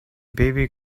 baby